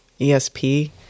ESP